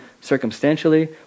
circumstantially